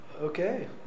Okay